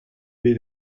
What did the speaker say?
bet